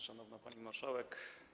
Szanowna Pani Marszałek!